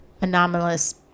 anomalous